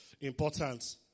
important